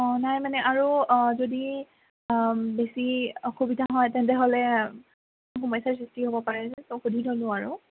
অঁ নাই মানে আৰু যদি বেছি অসুবিধা হয় তেনেহ'লে সমস্যাৰ সৃষ্টি হ'ব পাৰে যে ত' সুধি থ'লো আৰু